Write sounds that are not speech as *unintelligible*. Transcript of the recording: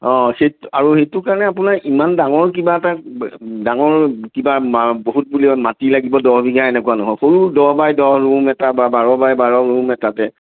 অ সেইটো আৰু সেইটো কাৰণে আপোনাৰ ইমান ডাঙৰ কিবা এটা ডাঙৰ কিবা *unintelligible* বহুত বোলে মাটি লাগিব দহ বিঘা এনেকুৱা নহয় সৰু দহ বাই দহ ৰুম এটা বা বাৰ বাই বাৰ ৰুম এটাতে